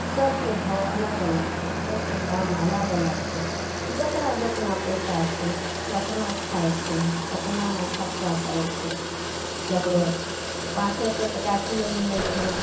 सबके भाओ अलग अलग छै सबके दाम अलग अलग छै जेकरा जेतना पैसा छै ओतना खाइ छै ओतनामे खर्चा करै छै केकरो पाँचो सए टका किलो मिलै छै